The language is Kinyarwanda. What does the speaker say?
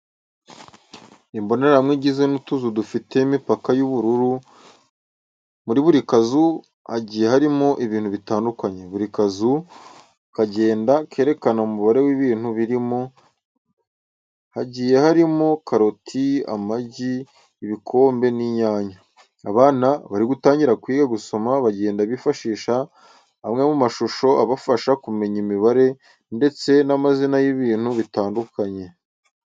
Imbonerahamwe igizwe n’utuzu dufite imipaka y'ubururu, muri buri kazu hagiye harimo ibintu bitandukanye. Buri kazu kagenda kerekana umubare w'ibintu birimo, hagiye harimo: karoti, amagi, ibikombe n'inyanya. Abana bari gutangira kwiga gusoma bagenda bifashisha amwe mu mashusho abafasha kumenya imibare ndetse n'amazina y'ibintu bitandukanye.